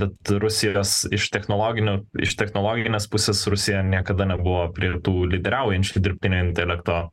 bet rusijos iš technologinių iš technologinės pusės rusija niekada nebuvo prie tų lyderiaujančių dirbtinio intelekto